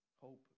Hope